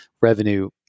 revenue